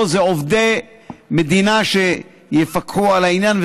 פה אלה עובדי מדינה שיפקחו על העניין,